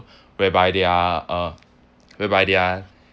whereby they are uh whereby they are